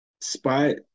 Spot